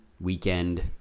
weekend